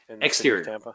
Exterior